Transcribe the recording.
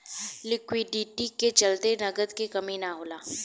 liquidity के चलते नगद के कमी ना होला